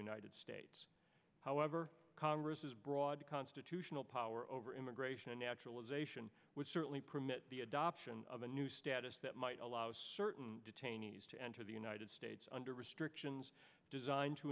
united states however congress has broad constitutional power over immigration and naturalization would certainly permit the adoption of a new status that might allow certain detainees to enter the united states under restrictions designed to